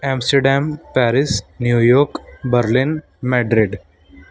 Amsterdam Paris New York Berlin Madrid